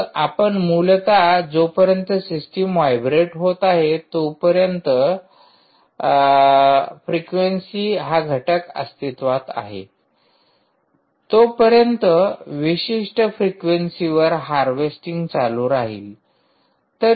मग आपण मूलत जोपर्यंत सिस्टम व्हायब्रेट होत आहे आणि जोपर्यंत फ्रेक्वेंसी हा घटक अस्तित्त्वात आहेत तोपर्यंत त्या विशिष्ट फ्रेक्वेंसीवर हार्वेस्टिंग चालू राहील